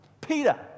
Peter